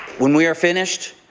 when we are finished,